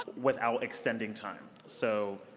without extending time. so